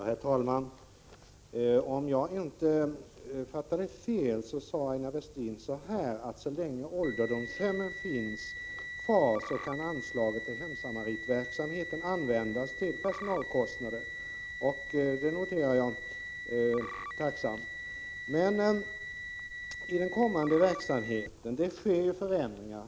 Herr talman! Om jag inte fattade fel sade Aina Westin: Så länge ålderdomshemmen finns kvar kan anslaget till hemsamaritverksamheten användas till personalkostnader. Det noterar jag tacksamt. Men hur blir det i den kommande verksamheten? Det sker ju förändringar.